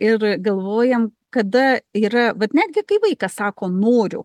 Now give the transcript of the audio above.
ir galvojam kada yra vat netgi kai vaikas sako noriu